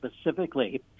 specifically